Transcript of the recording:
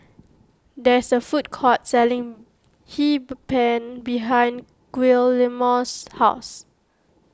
there is a food court selling Hee Pan behind Guillermo's house